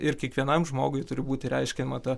ir kiekvienam žmogui turi būti reiškiama ta